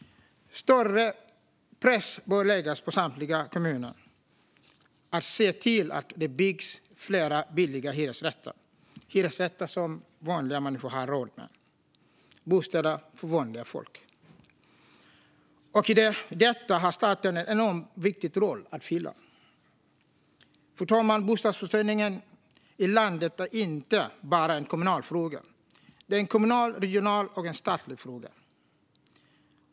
Större press bör sättas på samtliga kommuner att se till att det byggs fler billiga hyresrätter som vanliga människor har råd med - bostäder för vanligt folk. I detta har staten en enormt viktig roll att spela. Fru talman! Bostadsförsörjningen i landet är inte bara en kommunal fråga. Det är en kommunal, regional och statlig fråga.